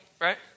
right